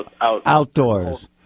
Outdoors